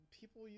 people